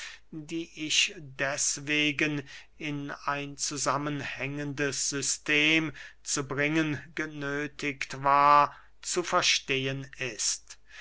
die ich deßwegen in ein zusammen hangendes system zu bringen genöthigt war zu verstehen ist